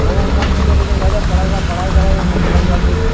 न न हू कान छुटणु ॾींदासि दादा पढ़ाई असां पढ़ाई कराए करे मोकिलाईंदासींसि